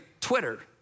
Twitter